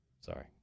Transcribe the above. Sorry